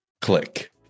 Click